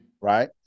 right